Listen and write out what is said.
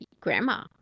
grandma